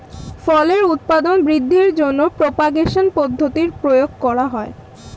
ফলের উৎপাদন বৃদ্ধির জন্য প্রপাগেশন পদ্ধতির প্রয়োগ করা হয়